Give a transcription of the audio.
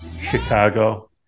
Chicago